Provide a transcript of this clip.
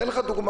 אתן לך דוגמה: